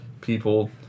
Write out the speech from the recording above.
people